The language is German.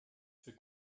für